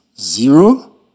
zero